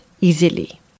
easily